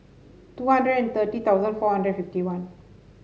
two hundred and thirty thousand four hundred fifty one